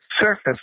surface